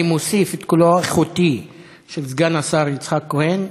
אני מוסיף את קולו האיכותי של סגן השר יצחק כהן.